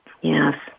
Yes